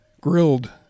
grilled